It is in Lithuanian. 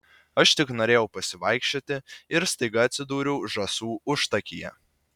aš tik norėjau pasivaikščioti ir staiga atsidūriau žąsų užtakyje